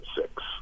six